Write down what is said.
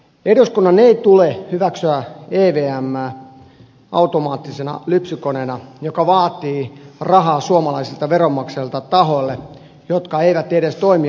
eduskunnan ei tule hyväksyä evmää automaattisena lypsykoneena joka vaatii rahaa suomalaisilta veronmaksajilta tahoille jotka eivät edes toimi avoimesti